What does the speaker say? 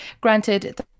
Granted